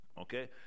Okay